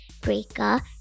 Breaker